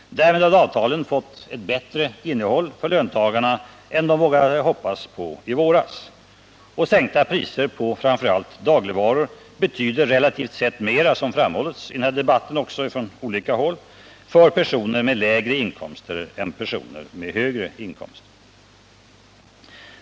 Därmed har avtalen fått ett bättre innehåll för löntagarna än de hade vågat hoppas på i våras. Sänkta priser på framför allt dagligvaror betyder relativt sett mera, som framhållits i den här debatten från olika håll, för personer med lägre inkomster än för personer med högre inkomster.